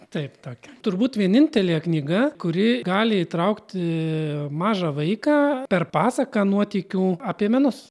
taip tak turbūt vienintelė knyga kuri gali įtraukti mažą vaiką per pasaką nuotykių apie menus